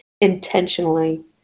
intentionally